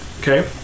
Okay